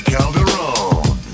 Calderon